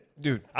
Dude